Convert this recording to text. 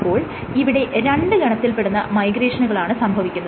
അപ്പോൾ ഇവിടെ രണ്ട് ഗണത്തിൽ പെടുന്ന മൈഗ്രേഷനുകളാണ് സംഭവിക്കുന്നത്